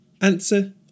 Answer